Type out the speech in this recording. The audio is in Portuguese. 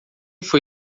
foi